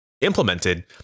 implemented